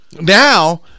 now